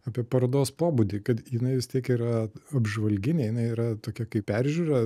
apie parodos pobūdį kad jinai vis tiek yra apžvalginė jinai yra tokia kaip peržiūra